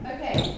Okay